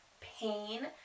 pain